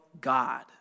God